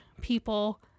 people